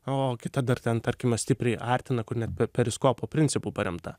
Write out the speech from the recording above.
o kita dar ten tarkime stipriai artina kur net periskopo principu paremta